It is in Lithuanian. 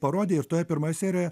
parodė ir toj pirmoj serijoj